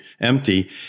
empty